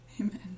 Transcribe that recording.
Amen